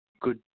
good